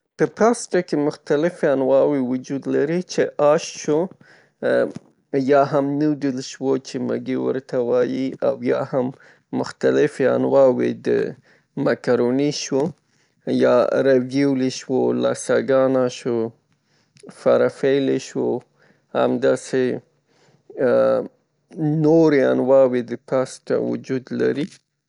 په پسته کې مختلفې انواوې وجود لري چې آش شو یا هم نیودل شو چې مګي ورته وایي او یا هم مختلفې انواوی د مکروني شو یا ریویولو شو لاساګانو شو فرافیلی شو همداسې نورې انواوې د پسته وجود لري.